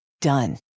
Done